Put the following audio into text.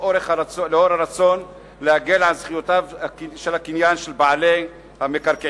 לאור הרצון להגן על זכות הקניין של בעלי מקרקעין.